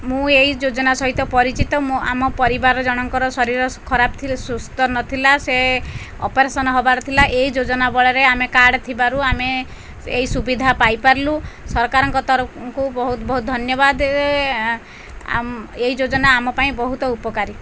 ମୁଁ ଏହି ଯୋଜନା ସହିତ ପରିଚିତ ମୁଁ ଆମ ପରିବାର ଜଣଙ୍କର ଶରୀର ଖରାପ ଥି ସୁସ୍ଥ ନଥିଲା ସେ ଅପରେସନ ହବାର ଥିଲା ଏଇ ଯୋଜନା ବଳରେ ଆମେ କାର୍ଡ଼ ଥିବାରୁ ଆମେ ଏହି ସୁବିଧା ପାଇ ପାରିଲୁ ସରକାରଙ୍କ ତରଫଙ୍କୁ ବହୁତ ବହୁତ ଧନ୍ୟବାଦ ଏଇ ଯୋଜନା ଆମ ପାଇଁ ବହୁତ ଉପକାରୀ